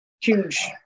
huge